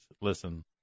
Listen